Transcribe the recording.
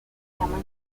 llaman